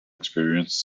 experienced